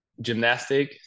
gymnastic